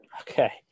Okay